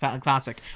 classic